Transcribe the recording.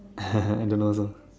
I don't know also